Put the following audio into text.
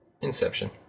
Inception